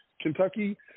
Kentucky